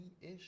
ish